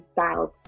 styles